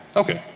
okay.